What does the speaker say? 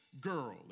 girl